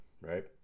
right